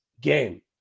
game